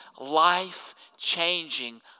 life-changing